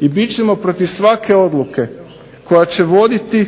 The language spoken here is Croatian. i bit ćemo protiv svake odluke koja će voditi